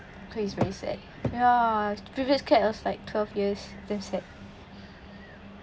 so he's very sad ya previous cat was like twelve years damn sad